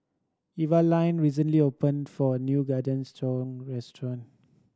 Evaline recently opened for new Garden restaurant